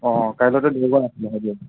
কাইলৈটো দেওবাৰ আছিলে